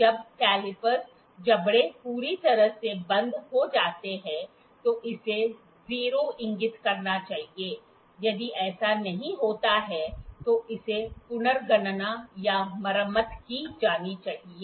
जब कैलीपर्स जबड़े पूरी तरह से बंद हो जाते हैं तो इसे 0 इंगित करना चाहिए यदि ऐसा नहीं होता है तो इसे पुनर्गणना या मरम्मत की जानी चाहिए